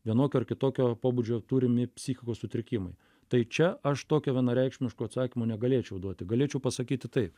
vienokio ar kitokio pobūdžio turimi psichikos sutrikimai tai čia aš tokio vienareikšmiško atsakymo negalėčiau duoti galėčiau pasakyti taip